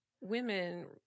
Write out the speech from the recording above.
women